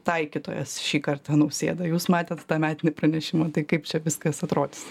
taikytojas šį kartą nausėda jūs matėt tą metinį pranešimą tai kaip čia viskas atrodys